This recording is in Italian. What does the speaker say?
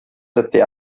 sette